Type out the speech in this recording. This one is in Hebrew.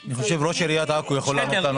אני חושב שראש עיריית עכו יכול לענות לנו.